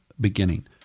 beginning